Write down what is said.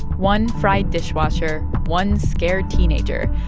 one fried dishwasher, one scared teenager,